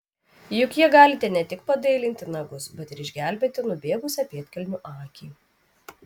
juk ja galite ne tik padailinti nagus bet ir išgelbėti nubėgusią pėdkelnių akį